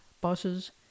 buses